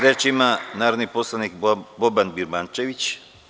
Reč ima narodni poslanik Boban Birmančević.